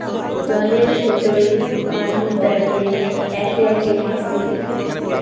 জলের ভেতরে মানুষ দাঁড়িয়ে একে একে মাছ তোলে